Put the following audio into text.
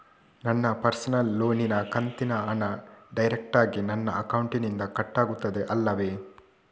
ನನ್ನ ಪರ್ಸನಲ್ ಲೋನಿನ ಕಂತಿನ ಹಣ ಡೈರೆಕ್ಟಾಗಿ ನನ್ನ ಅಕೌಂಟಿನಿಂದ ಕಟ್ಟಾಗುತ್ತದೆ ಅಲ್ಲವೆ?